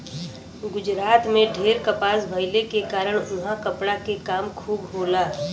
गुजरात में ढेर कपास भइले के कारण उहाँ कपड़ा के काम खूब होला